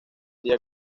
día